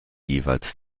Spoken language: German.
jeweils